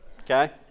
okay